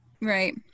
right